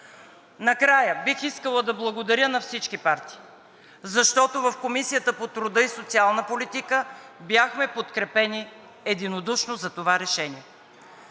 Накрая, бих искала да благодаря на всички партии, защото в Комисията по труда и социална политика бяхме подкрепени единодушно за това решение.